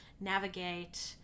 navigate